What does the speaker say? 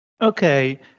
Okay